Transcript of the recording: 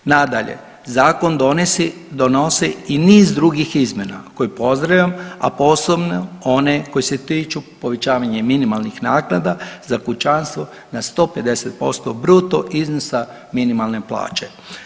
Nadalje zakon donosi i niz drugih izmjena koje pozdravljam, a posebno one koji se tiču povećavanjem minimalnih naknada za kućanstvo na 150% bruto iznosa minimalne plaće.